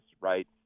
right